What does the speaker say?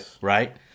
right